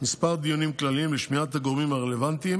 כמה דיונים כלליים לשמיעת הגורמים הרלוונטיים